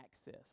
access